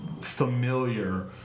familiar